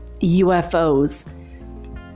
UFOs